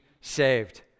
saved